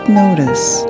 notice